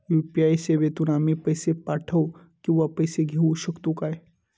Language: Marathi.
यू.पी.आय सेवेतून आम्ही पैसे पाठव किंवा पैसे घेऊ शकतू काय?